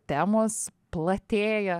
temos platėja